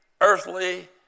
earthly